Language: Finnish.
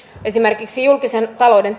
esimerkiksi julkisen talouden